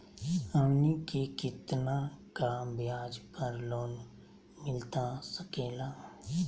हमनी के कितना का ब्याज पर लोन मिलता सकेला?